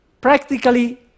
practically